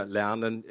lernen